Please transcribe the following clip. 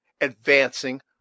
advancing